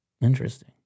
Interesting